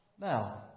Now